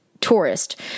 tourist